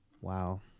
Wow